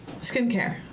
skincare